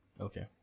okay